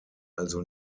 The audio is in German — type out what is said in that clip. also